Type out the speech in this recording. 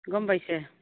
গম পাইছে